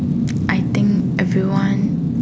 I think everyone